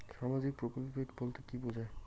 সামাজিক প্রকল্প বলতে কি বোঝায়?